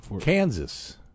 Kansas